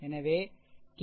எனவே கே